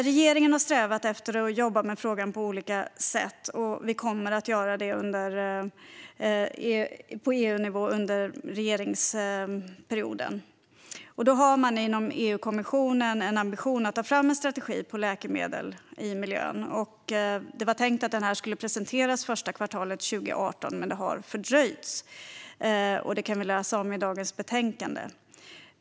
Regeringen har strävat efter att jobba med frågan på olika sätt. Vi kommer att göra det på EU-nivå under regeringsperioden. Inom EU-kommissionen har man en ambition att ta fram en strategi om läkemedel i miljön. Det var tänkt att den skulle presenteras första kvartalet 2018, men det har fördröjts. Det kan vi läsa om i dagens betänkande.